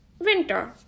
winter